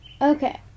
Okay